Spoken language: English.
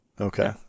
Okay